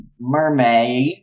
mermaid